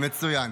מצוין.